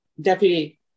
deputy